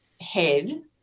head